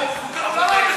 על מה?